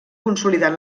consolidat